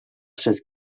przez